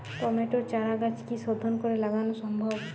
টমেটোর চারাগাছ কি শোধন করে লাগানো সম্ভব?